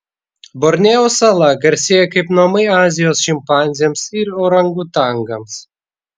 borneo sala garsėja kaip namai azijos šimpanzėms ir orangutangams